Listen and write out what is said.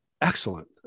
excellent